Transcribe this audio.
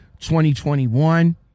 2021